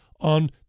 on